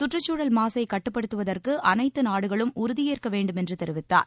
சுற்றுச்சூழல் மாசை கட்டுப்படுத்துவதற்கு அனைத்து நாடுகளும் உறுதியேற்க வேண்டுமென்று தெரிவித்தார்